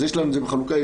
אז יש לנו את זה בחלוקה.